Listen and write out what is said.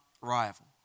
rival